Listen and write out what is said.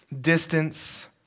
Distance